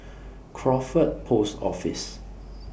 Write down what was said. Crawford Post Office